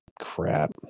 crap